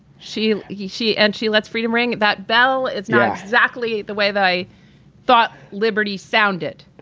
she, he, she. and she lets freedom ring that bell. it's exactly the way that i thought liberty sounded.